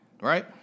right